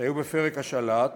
שהיו בפרק השל"ת